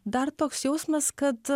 dar toks jausmas kad